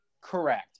correct